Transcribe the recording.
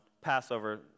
Passover